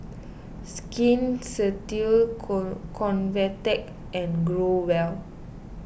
Skin Convatec and Growell